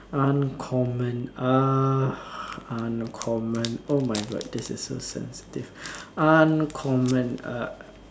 uncommon uh uncommon oh my-god this is so sensitive uncommon uh